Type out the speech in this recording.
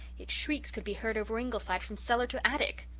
its shrieks could be heard over ingleside from cellar to attic.